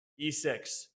E6